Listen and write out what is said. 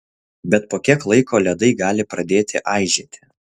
bet po kiek laiko ledai gali pradėti aižėti